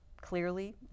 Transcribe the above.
clearly